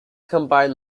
combine